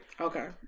Okay